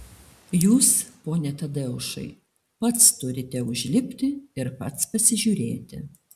jūs pone tadeušai pats turite užlipti ir pats pasižiūrėti